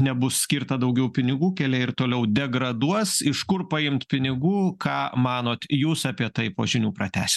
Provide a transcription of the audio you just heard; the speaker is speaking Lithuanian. nebus skirta daugiau pinigų keliai ir toliau degraduos iš kur paimt pinigų ką manot jūs apie tai po žinių pratęsim